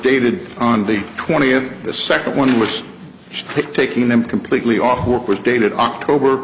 dated on the twentieth the second one was taking them completely off work which dated october